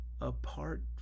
apart